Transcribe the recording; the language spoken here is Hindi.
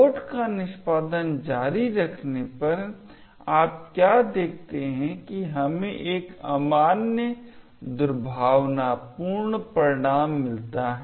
कोड का निष्पादन जारी रखने पर आप क्या देखते हैं कि हमें एक अमान्य दुर्भावनापूर्ण परिणाम मिलता है